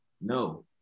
No